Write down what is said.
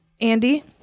andy